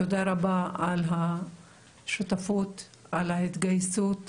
תודה רבה על השותפות, על ההתגייסות,